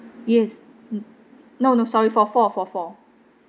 yes n~ no no sorry for four for four